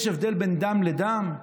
יש הבדל בין דם לדם?